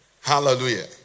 Hallelujah